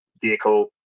vehicle